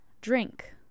drink